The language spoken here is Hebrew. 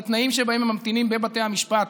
התנאים שבהם הם ממתינים לבתי המשפט,